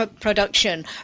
production